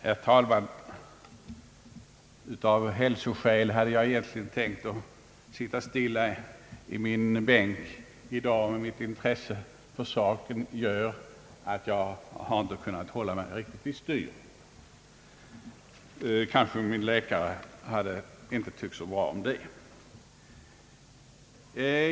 Herr talman! Av hälsoskäl hade jag egentligen tänkt sitta stilla i min bänk i dag, men mitt intresse för saken gör, att jag inte kan hålla mig i styr. Kanske min läkare inte tycker så bra om det.